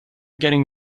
getting